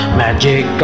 magic